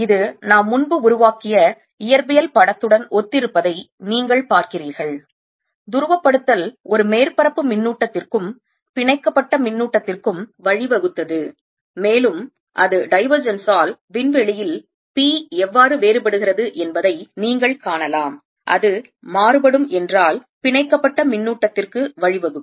இது நாம் முன்பு உருவாக்கிய இயற்பியல் படத்துடன் ஒத்திருப்பதை நீங்கள் பார்க்கிறீர்கள் துருவப்படுத்தல் ஒரு மேற்பரப்பு மின்னூட்டத்திற்கும் பிணைக்கப்பட்ட மின்னூட்டத்திற்கும் வழிவகுத்தது மேலும் அது divergence ஆல் விண்வெளியில் p எவ்வாறு வேறுபடுகிறது என்பதை நீங்கள் காணலாம் அது மாறுபடும் என்றால் பிணைக்கப்பட்ட மின்னூட்டத்திற்கு வழிவகுக்கும்